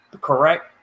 correct